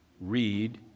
read